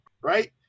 Right